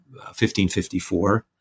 1554